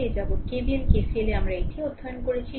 এ যাবত KVL KCL এ আমরা এটিই অধ্যয়ন করেছি